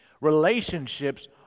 Relationships